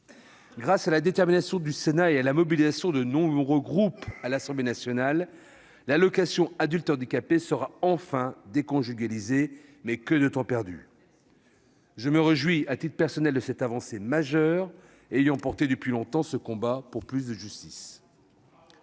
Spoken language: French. Grâce à la détermination du Sénat et à la mobilisation de nombreux groupes à l'Assemblée nationale, l'allocation aux adultes handicapés sera enfin déconjugalisée. Mais que de temps perdu ! Je me réjouis à titre personnel de cette avancée majeure, étant engagé depuis longtemps dans ce combat pour plus de justice.